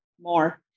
more